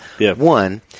One